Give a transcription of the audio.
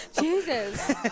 Jesus